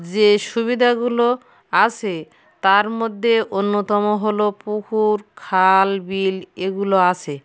যে সুবিদাগুলো আছে তার মধ্যে অন্যতম হলো পুকুর খাল বিল এগুলো আছে